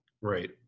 Right